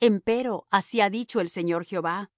empero así ha dicho el señor jehová